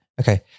okay